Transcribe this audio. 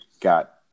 got